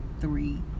three